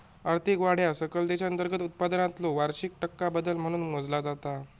आर्थिक वाढ ह्या सकल देशांतर्गत उत्पादनातलो वार्षिक टक्का बदल म्हणून मोजला जाता